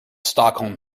stockholm